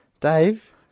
Dave